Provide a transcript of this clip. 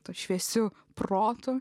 tų šviesių protų